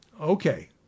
Okay